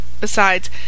Besides